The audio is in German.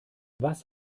was